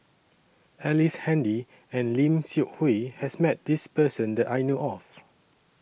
Ellice Handy and Lim Seok Hui has Met This Person that I know of